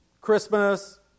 Christmas